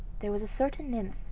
there was a certain nymph,